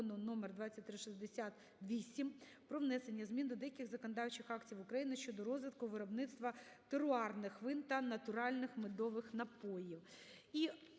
№2360-VIII "Про внесення змін до деяких законодавчих актів України щодо розвитку виробництва теруарних вин та натуральних медових напоїв.